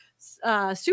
Super